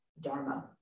Dharma